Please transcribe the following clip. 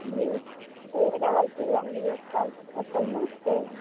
ji A double P L E apple means save